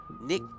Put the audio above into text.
Nick